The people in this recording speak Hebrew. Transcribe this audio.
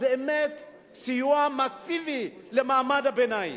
באמת סיוע מסיבי למעמד הביניים,